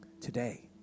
today